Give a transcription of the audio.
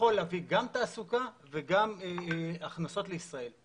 שיכול להביא גם תעסוקה וגם הכנסות לישראל.